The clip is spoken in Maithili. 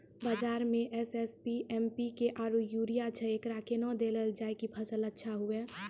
बाजार मे एस.एस.पी, एम.पी.के आरु यूरिया छैय, एकरा कैना देलल जाय कि फसल अच्छा हुये?